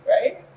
right